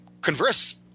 converse